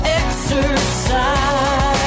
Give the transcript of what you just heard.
exercise